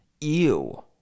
Ew